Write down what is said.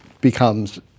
becomes